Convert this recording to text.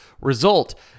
result